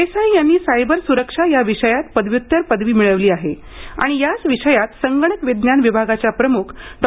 देसाई यांनी सायबर सुरक्षा या विषयात पदव्युत्तर पदवी मिळवली आहे आणि याच विषयात संगणक विज्ञान विभागाच्या प्रमुख डॉ